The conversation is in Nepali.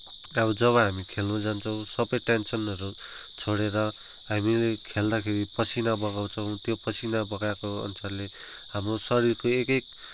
जब हामी खेल्न जान्छौँ सबै टेन्सनहरू छोडेर हामीले खेल्दाखेरि पसिना बगाउँछौ त्यो पसिना बगाएको अनुसारले हाम्रो शरीरको एक एक